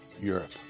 Europe